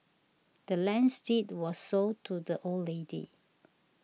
the land's deed was sold to the old lady